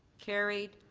carried.